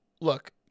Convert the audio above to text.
look